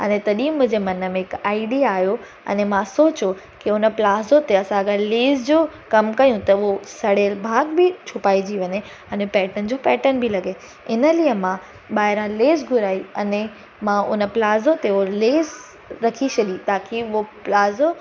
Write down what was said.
अने तॾहिं मुहिंजे मन में हिकु आइडिया आयो अने मां सोचो के हुन प्लाज़ो ते असां अगरि लेस जो कमु कयूं त उहो सड़ियलु भाग बि छुपाइजी वञे अने पैटन जो पैटन बि लॻे इन लिए मां ॿाहिरां लेस घुराई अने मां उन प्लाज़ो ते उहो लेस रखी छॾी ताकी उहो प्लाज़ो